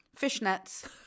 fishnets